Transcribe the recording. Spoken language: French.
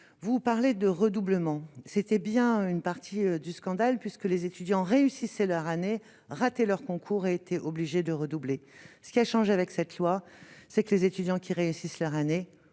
vous parlez de redoublement, c'était bien une partie du scandale puisque les étudiants réussissent leur année raté leur concours a été obligé de redoubler, ce qui a changé avec cette loi, c'est que les étudiants qui réussissent leur année